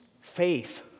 faith